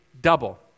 double